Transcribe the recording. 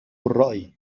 الرأي